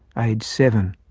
aged seven.